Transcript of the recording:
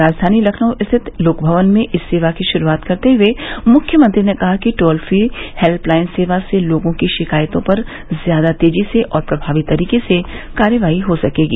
राजधानी लखनऊ स्थित लोकभवन में इस सेवा की शुरूआत करते हुए मुख्यमंत्री ने कहा कि टोल फ्री हेल्प लाइन सेवा से लोगों की शिकायतों पर ज्यादा तेजी से और प्रभावी तरीके से कार्रवाई हो सकेगी